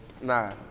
nah